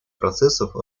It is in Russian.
процессов